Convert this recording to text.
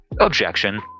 Objection